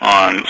on